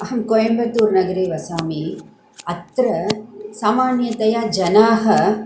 अहं कोयम्बतूर्नगरे वसामि अत्र सामान्यतया जनाः